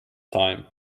time